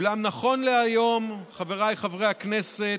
אולם, נכון להיום, חבריי חברי הכנסת,